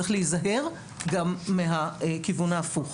צריך להיזהר גם מהכיוון ההפוך.